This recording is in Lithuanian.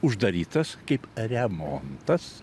uždarytas kaip remontas